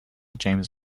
james